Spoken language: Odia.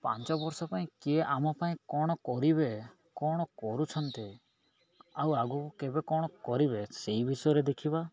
ପାଞ୍ଚ ବର୍ଷ ପାଇଁ କିଏ ଆମ ପାଇଁ କ'ଣ କରିବେ କଣ କରୁଛନ୍ତି ଆଉ ଆଗକୁ କେବେ କଣ କରିବେ ସେଇ ବିଷୟରେ ଦେଖିବା